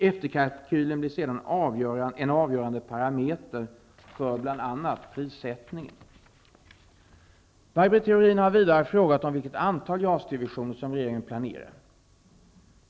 Efterkalkylen blir sedan en avgörande parameter för bl.a. prissättningen. Maj Britt Theorin har vidare frågat vilket antal JAS-divisioner som regeringen planerar.